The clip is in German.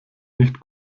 nicht